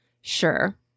Sure